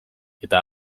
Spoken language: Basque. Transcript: eta